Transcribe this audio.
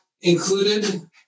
included